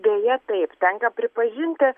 deja taip tenka pripažinti